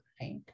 Right